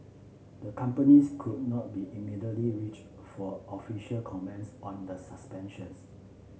the companies could not be immediately reached for official commence on the suspensions